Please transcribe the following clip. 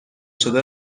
شده